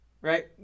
right